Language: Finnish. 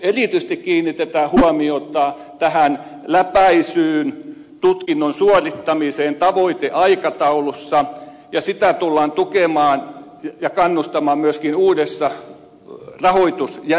erityisesti kiinnitetään huomiota tähän läpäisyyn tutkinnon suorittamiseen tavoiteaikataulussa ja sitä tullaan tukemaan ja kannustamaan myöskin uudessa rahoitusjärjestelmässä